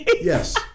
Yes